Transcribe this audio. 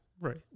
Right